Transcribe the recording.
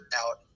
out